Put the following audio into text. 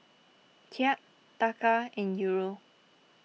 Kyat Taka and Euro